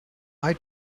eye